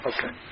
Okay